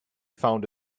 found